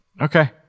okay